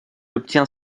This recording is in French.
obtient